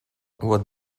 what